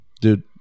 dude